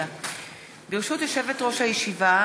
ברשות יושבת-ראש הישיבה,